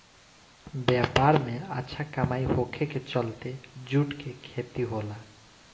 व्यापार में अच्छा कमाई होखे के चलते जूट के खेती होला